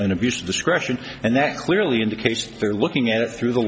an abuse of discretion and that clearly indicates they're looking at it through the